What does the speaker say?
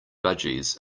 budgies